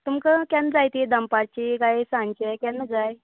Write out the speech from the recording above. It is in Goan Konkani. तुमकां केन्ना जाय ती दनपारची कांय सांचें केन्ना जाय